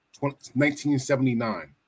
1979